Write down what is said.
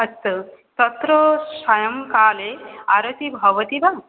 अस्तु तत्र सायङ्काले आरतिः भवति वा